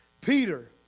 Peter